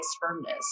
firmness